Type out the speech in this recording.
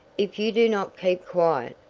if you do not keep quiet,